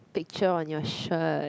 picture on your shirt